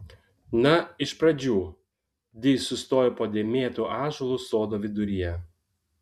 na iš pradžių di sustojo po dėmėtu ąžuolu sodo viduryje